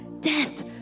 death